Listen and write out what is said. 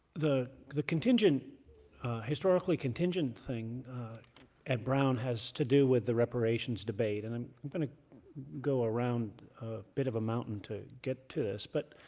the the historically contingent thing at brown has to do with the reparations debate. and i'm going to go around a bit of a mountain to get to this. but